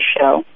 show